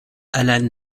alan